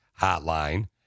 hotline